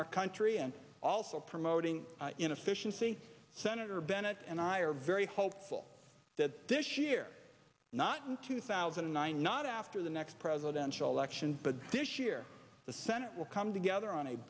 our country and also promoting inefficiency senator bennett and i are very hopeful that this year not in two thousand and nine not after the next presidential election but this year the senate will come together on a